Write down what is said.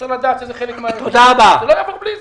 צריך לדעת שזה חלק --- וזה לא יעבור בלי זה.